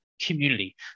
community